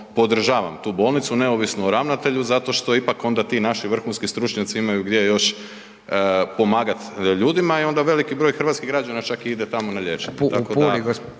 podržavam tu bolnicu neovisno o ravnatelju zato što ipak onda ti naši vrhunski stručnjaci imaju gdje još pomagati ljudima i onda veliki broj hrvatskih građana čak i ide tamo na liječenje.